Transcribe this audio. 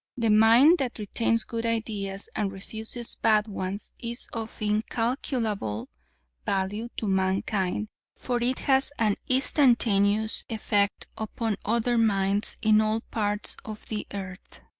the mind that retains good ideas and refuses bad ones is of incalculable value to mankind for it has an instantaneous effect upon other minds in all parts of the earth.